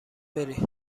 بری